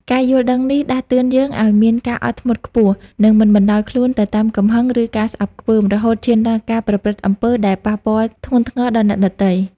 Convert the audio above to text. ការយល់ដឹងនេះដាស់តឿនយើងឲ្យមានការអត់ធ្មត់ខ្ពស់ និងមិនបណ្ដោយខ្លួនទៅតាមកំហឹង ឬការស្អប់ខ្ពើម រហូតឈានដល់ការប្រព្រឹត្តអំពើដែលប៉ះពាល់ធ្ងន់ធ្ងរដល់អ្នកដទៃ។